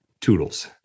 Toodles